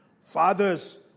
Fathers